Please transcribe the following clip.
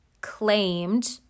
claimed